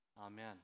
Amen